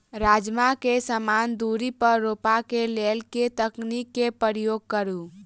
राजमा केँ समान दूरी पर रोपा केँ लेल केँ तकनीक केँ प्रयोग करू?